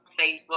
Facebook